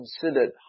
considered